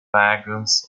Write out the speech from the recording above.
wagons